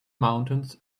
mountains